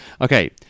Okay